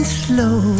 slow